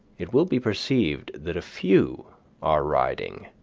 it will be perceived that a few are riding,